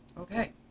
okay